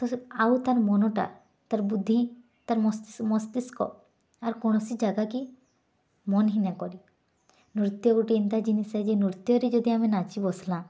ତ ଆଉ ତାର୍ ମନଟା ତାର୍ ବୁଦ୍ଧି ତାର୍ ମଷ୍କିଷ୍କ ଆର୍ କୌଣସି ଜାଗାକେ ମନ୍ ହି ନାହିକରି ନୃତ୍ୟ ଗୋଟେ ଏନ୍ତା ଜିନିଷ୍ ହେ ଯେ ନୃତ୍ୟରେ ଯଦି ଆମେ ନାଚି ବସିଲାଁ